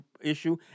issue